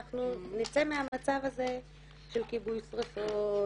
אנחנו נצא מהמצב הזה של כיבוי שריפות,